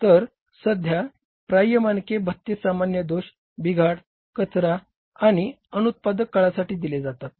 तर सध्या प्राप्य मानक भत्ते सामान्य दोष बिघाड कचरा आणि अनुत्पादक काळासाठी दिले जातात